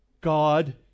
God